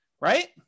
right